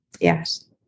Yes